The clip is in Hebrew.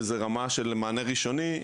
שזאת הרמה של המענה הראשוני,